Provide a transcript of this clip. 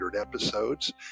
episodes